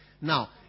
Now